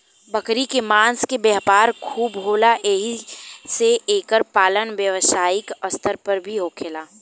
बकरी के मांस के व्यापार खूब होला एही से एकर पालन व्यवसायिक स्तर पर भी होखेला